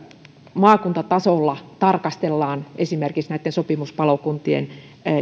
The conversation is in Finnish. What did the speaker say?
maakuntatasolla tarkastellaan esimerkiksi näitten sopimuspalokuntien